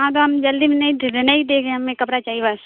ہاں تو ہم جلدی میں نہیں نہیں دے گے ہمیں کپڑا چاہیے بس